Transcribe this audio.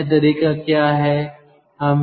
अन्य तरीका क्या है